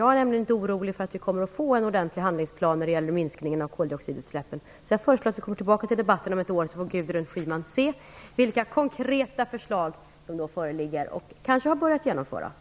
Jag är nämligen inte orolig när det gäller att vi skall få en ordentlig handlingsplan för koldioxidutsläppen. Jag föreslår därför att vi kommer tillbaka till debatten om ett år, så får Gudrun Schyman se vilka konkreta förslag som då föreligger och kanske har börjat genomföras.